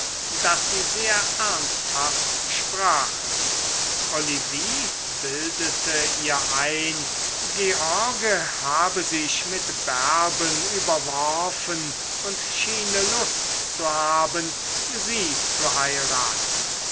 daß sie sehr ernsthaft sprachen olivie bildete ihr ein george habe sich mit bärben überworfen und schiene lust zu haben sie zu heiraten